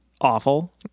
awful